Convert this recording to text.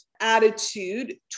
attitude